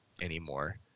anymore